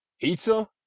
pizza